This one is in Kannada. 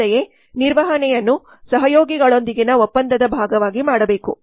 ಅಂತೆಯೇ ನಿರ್ವಹಣೆಯನ್ನು ಸಹಯೋಗಿಗಳೊಂದಿಗಿನ ಒಪ್ಪಂದದ ಭಾಗವಾಗಿ ಮಾಡಬೇಕು